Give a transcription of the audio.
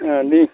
औ दे